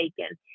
taken